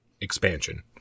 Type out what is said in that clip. Expansion